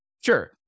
Sure